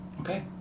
Okay